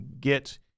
get